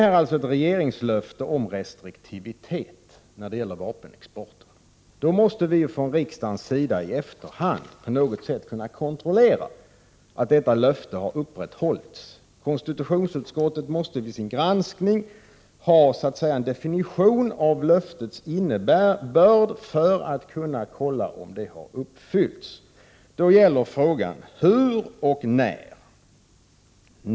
Här ges ett regeringslöfte om restriktivitet när det gäller vapenexporten, och då måste vi från riksdagens sida i efterhand på något sätt kunna kontrollera att detta löfte har uppfyllts. Konstitutionsutskottet måste vid sin granskning ha en definition av löftets innebörd för att kunna kontrollera om det har uppfyllts. Då gäller frågan: När och hur?